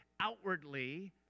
outwardly